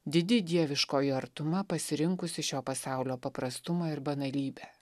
didi dieviškojo artuma pasirinkusi šio pasaulio paprastumą ir banalybę